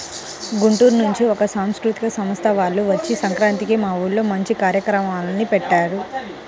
గుంటూరు నుంచి ఒక సాంస్కృతిక సంస్థ వాల్లు వచ్చి సంక్రాంతికి మా ఊర్లో మంచి కార్యక్రమాల్ని పెట్టారు